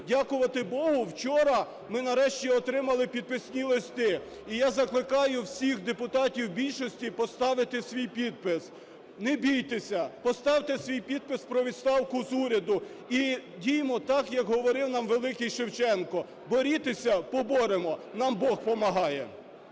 Дякувати Богу, вчора ми, нарешті, отримали підписні листи, і я закликаю всіх депутатів більшості поставити свій підпис. Не бійтеся, поставте свій підпис про відставку уряду. І діємо так, як говорив нам великий Шевченко: "Борітеся – поборемо, нам Бог помагає".